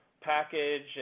package